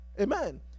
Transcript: Amen